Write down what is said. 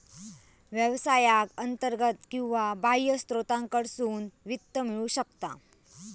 व्यवसायाक अंतर्गत किंवा बाह्य स्त्रोतांकडसून वित्त मिळू शकता